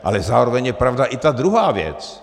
Ale zároveň je pravda i ta druhá věc.